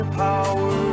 power